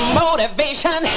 motivation